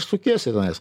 sukiesi tenais